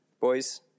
Boys